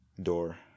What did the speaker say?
door